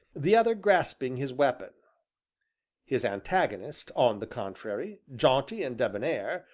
the other grasping his weapon his antagonist, on the contrary, jaunty and debonnair,